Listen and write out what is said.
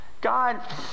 God